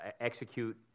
execute